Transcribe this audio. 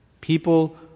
People